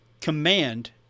command